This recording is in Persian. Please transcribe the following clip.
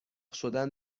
شدن